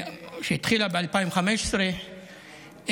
שהתחילה ב-2015,